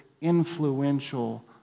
influential